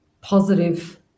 positive